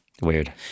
Weird